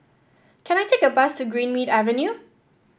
can I take the bus to Greenmead Avenue